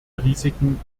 risiken